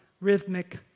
rhythmic